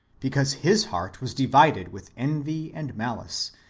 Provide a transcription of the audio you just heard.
because his heart was divided with envy and malice,